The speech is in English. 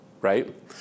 right